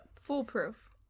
foolproof